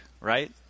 right